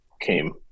came